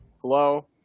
hello